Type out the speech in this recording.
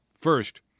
First